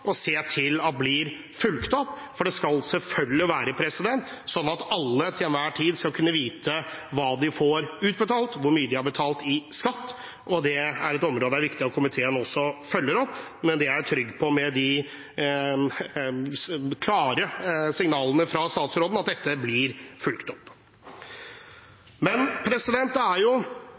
se til at blir fulgt opp, for det skal selvfølgelig være sånn at alle til enhver tid skal kunne vite hva de får utbetalt, hvor mye de har betalt i skatt. Dette er et område som det er viktig at komiteen følger opp, men jeg er trygg på, med de klare signalene fra statsråden, at det vil det bli. Jeg var litt innom flere av områdene som gjelder pensjonistene, der regjeringen har levert godt. Dette er